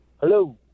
Hello